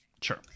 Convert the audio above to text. sure